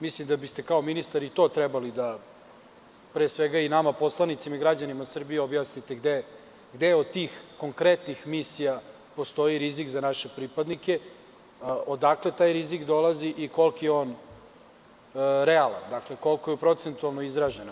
Mislim da biste kao ministar i to trebalo da i nama poslanicima, i građanima Srbije objasnite gde od tih konkretnih misija postoji rizik za naše pripadnike odakle taj rizik dolazi i koliko je realan, koliko je procentualno izražen?